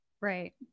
Right